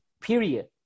period